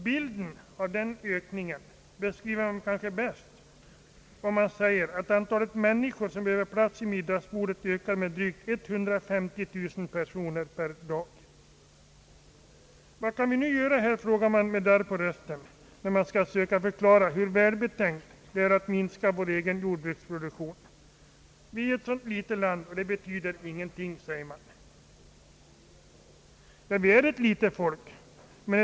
Bilden av den ökningen beskriver man kanske bäst om man säger att antalet människor som behöver plats Vad kan vi nu göra här, frågar man med darr på rösten när man skall söka förklara hur välbetänkt det är att minska vår egen jordbruksproduktion. Vi är ett så litet land, och det betyder ingenting, säger man. Ja, vi är ett litet folk, men.